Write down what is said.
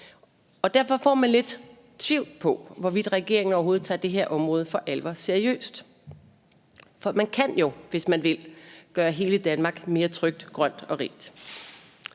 Derfor bliver man lidt i tvivl om, hvorvidt regeringen overhovedet for alvor tager det her område seriøst, for man kan jo, hvis man vil, gøre hele Danmark mere trygt, grønt og rigt.